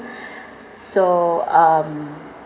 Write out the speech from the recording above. so um